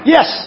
Yes